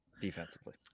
defensively